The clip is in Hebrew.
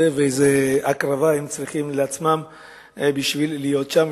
ואיזו הקרבה הם צריכים בשביל להיות שם.